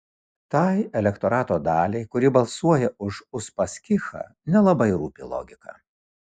tai elektorato daliai kuri balsuoja už uspaskichą nelabai rūpi logika